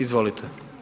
Izvolite.